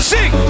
Sing